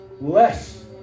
less